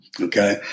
okay